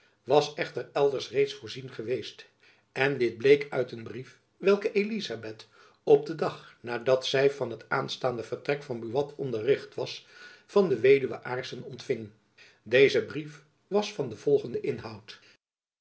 was echter elders reeds voorzien geweest en dit bleek uit een brief welken elizabeth op den dag nadat zy van het aanstaande vertrek van buat onderricht was van de weduwe aarssen ontfing deze brief was van den volgenden inhoud